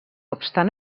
obstant